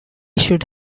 should